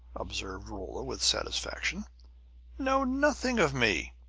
observed rolla with satisfaction know nothing of me.